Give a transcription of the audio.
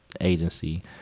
agency